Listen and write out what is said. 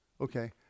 Okay